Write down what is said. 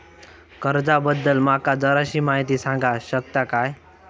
कर्जा बद्दल माका जराशी माहिती सांगा शकता काय?